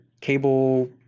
cable